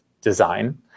design